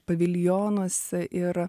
paviljonus ir